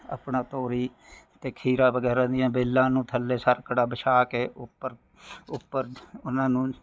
ਆਪਣਾ ਤੋਰੀ ਅਤੇ ਖੀਰਾ ਵਗੈਰਾ ਦੀਆਂ ਵੇਲਾਂ ਨੂੰ ਥੱਲੇ ਸਰਕੜਾ ਵਿਛਾ ਕੇ ਉੱਪਰ ਉੱਪਰ ਉਹਨਾਂ ਨੂੰ